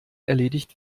erledigt